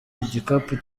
igikapu